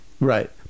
Right